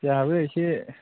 जोंहाबो एसे